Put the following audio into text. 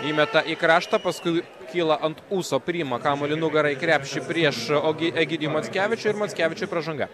įmeta į kraštą paskui kyla ant ūso priima kamuolį nugara į krepšį priešu o gi egidijui mockevičiui ir mackevičiui pražanga